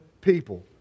people